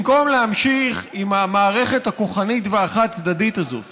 במקום להמשיך במערכת הכוחנית והחד-צדדית הזאת